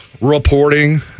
reporting